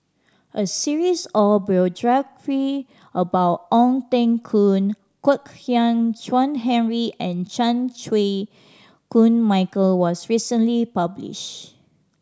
a series of about Ong Teng Koon Kwek Hian Chuan Henry and Chan Chew Koon Michael was recently publish